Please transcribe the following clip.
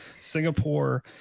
Singapore